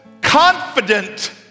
confident